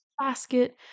basket